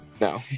No